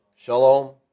Shalom